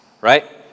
right